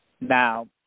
Now